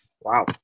Wow